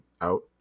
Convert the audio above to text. out